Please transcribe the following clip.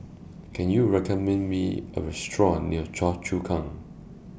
Can YOU recommend Me A Restaurant near Choa Chu Kang